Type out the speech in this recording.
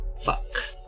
Fuck